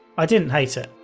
i didn't hate it.